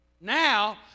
Now